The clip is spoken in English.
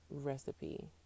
Recipe